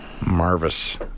Marvis